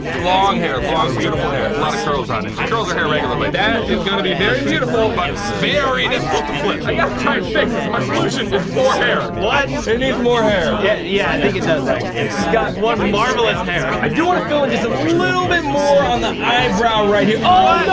long hair, long beautiful hair, lotta curls on it. she curls her hair regularly. that is gonna be very beautiful, but very difficult to flip. i gotta try and fix this. and my solution is more hair. what? it needs more hair. yeah, yeah i think it does, actually. she's got one marvelous hair. i do wanna fill in just a little bit more on the eyebrow right here. oh,